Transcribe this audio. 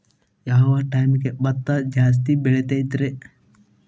ಯಾವ ಟೈಮ್ಗೆ ಭತ್ತ ಜಾಸ್ತಿ ಬೆಳಿತೈತ್ರೇ?